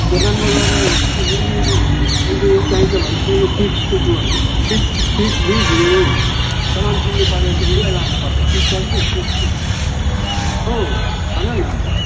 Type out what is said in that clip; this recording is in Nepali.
दोकानमा गएर यो चिज दिनु नि यो चाहिन्छ यो चाहिन्छ चिजबिज नि सामान किन्नु पऱ्यो भने त उसलाई लानु पर्छ चिज औ भन न अन्त